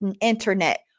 internet